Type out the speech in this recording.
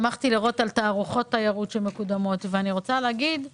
שמחתי לראות תערוכות תיירות שמקודמות ואני רוצה להגיד תודה,